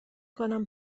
کنم